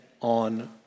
on